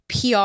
PR